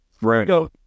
right